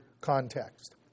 context